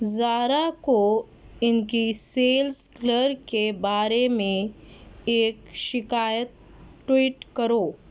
زارا کو اِن کی سیلز کلرک کے بارے میں ایک شکایت ٹویٹ کرو